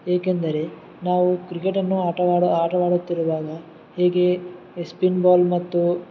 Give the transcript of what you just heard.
ಏಕೆಂದರೆ ನಾವು ಕ್ರಿಕೆಟನ್ನು ಆಟವಾಡ ಆಟವಾಡುತ್ತಿರುವಾಗ ಹೇಗೆ ಸ್ಪಿನ್ ಬಾಲ್ ಮತ್ತು